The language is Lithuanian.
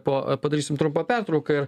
po padarysim trumpą pertrauką ir